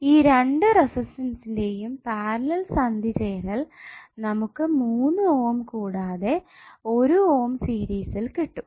ഈ രണ്ടു റെസിസ്റ്റനസിന്റെയും പാരലൽ സന്ധി ചേരൽ നമുക്കു 3 ഓം കൂടാതെ 1 ഓം സീരിസിൽ കിട്ടും